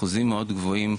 אחוזים מאוד גבוהים,